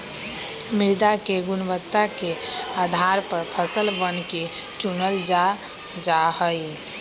मृदा के गुणवत्ता के आधार पर फसलवन के चूनल जा जाहई